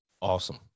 Awesome